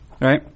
Right